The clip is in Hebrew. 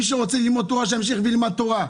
מי שרוצה ללמוד תורה, שימשיך וילמד תורה.